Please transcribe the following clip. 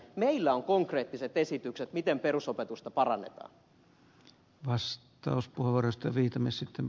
meillä on konkreettiset esitykset miten perusopetusta parannetaan